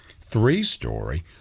three-story